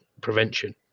prevention